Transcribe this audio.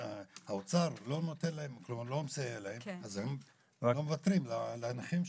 האוצר לא נותן מסייע להם אז הם לא מוותרים לנכים שלהם.